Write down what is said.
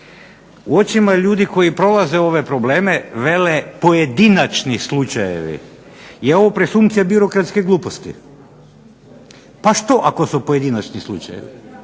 u očima ljudi koji prolaze ove probleme, vele pojedinačni slučajevi, jer ovo je presumpcija birokratske gluposti, pa što ako su pojedinačni slučajevi.